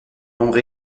nombre